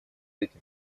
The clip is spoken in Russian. этим